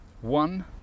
One